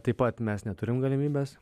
taip pat mes neturim galimybės